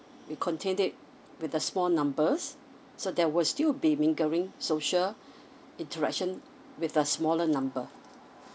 we contained it with a small numbers so there were still bee mingling social interaction with a smaller number